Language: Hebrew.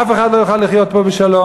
אף אחד לא יוכל לחיות פה בשלום.